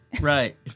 Right